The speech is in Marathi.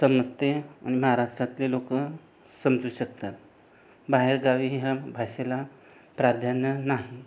समजते आणि महाराष्ट्रातले लोक समजू शकतात बाहेरगावीही ह्या भाषेला प्राधान्य नाही